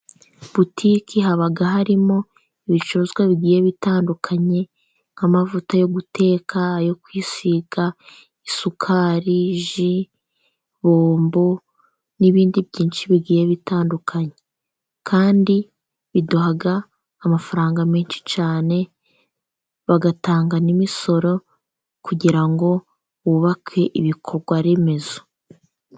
Butike haba harimo ibicuruzwa bigiye bitandukanye nk'amavuta yo guteka, ayo kwisiga, isukari, ji, bombo n'ibindi byinshi bigiye bitandukanye. Kandi biduha amafaranga menshi cyane, bagatanga n'imisoro kugira ngo bubake ibikorwa remezo.